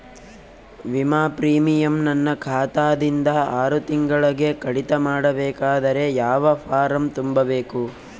ವಿಮಾ ಪ್ರೀಮಿಯಂ ನನ್ನ ಖಾತಾ ದಿಂದ ಆರು ತಿಂಗಳಗೆ ಕಡಿತ ಮಾಡಬೇಕಾದರೆ ಯಾವ ಫಾರಂ ತುಂಬಬೇಕು?